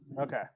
Okay